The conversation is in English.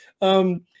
Um-